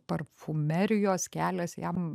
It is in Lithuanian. parfumerijos kelias jam